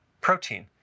protein